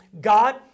God